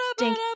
ding